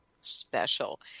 special